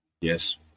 Yes